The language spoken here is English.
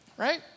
Right